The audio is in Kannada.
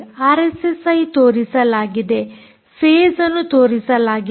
ಆರ್ಎಸ್ಎಸ್ಐ ತೋರಿಸಲಾಗಿದೆ ಫೇಸ್ ಅನ್ನು ತೋರಿಸಲಾಗಿದೆ